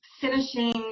finishing